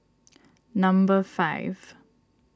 number five